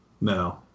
No